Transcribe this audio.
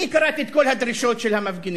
אני קראתי את כל הדרישות של המפגינים,